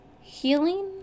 Healing